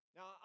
Now